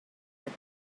that